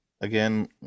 Again